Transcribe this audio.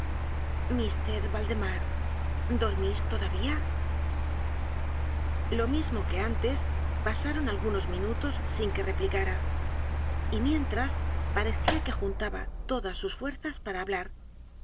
mr valdemar dormís todavía lo mismo que antes pasaron algunos minutos sin que replicara y mientras parecía que juntaba todas sus fuerzas para hablar